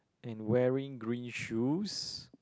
and wearing green shoes